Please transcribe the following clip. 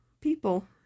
people